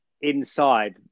inside